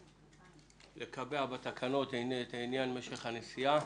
ניסינו אתמול לקבע בתקנות את עניין משך הנסיעה.